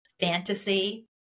fantasy